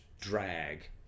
drag